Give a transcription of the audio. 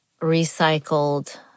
recycled